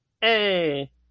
Hey